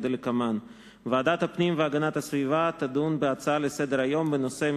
כדלקמן: ועדת הפנים והגנת הסביבה תדון בהצעה לסדר-היום בנושא: